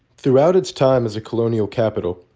throughout its time as a colonial capital,